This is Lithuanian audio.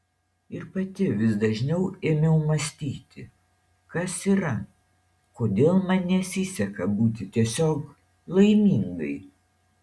ir pati vis dažniau ėmiau mąstyti kas yra kodėl man nesiseka būti tiesiog laimingai